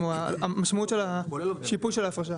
זה כולל עובדי מדינה.